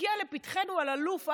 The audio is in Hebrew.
הגיע לפתחנו אלאלוף,